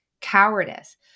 cowardice